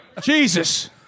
Jesus